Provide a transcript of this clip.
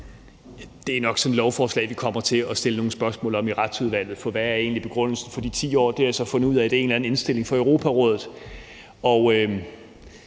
Det er nok sådan et lovforslag, vi kommer til at stille nogle spørgsmål til i Retsudvalget, for hvad er egentlig begrundelsen for de 10 år? Jeg har så fundet ud af, at det er en eller anden indstilling fra Europarådet.